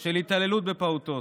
של ההתעללות בפעוטות.